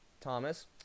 Thomas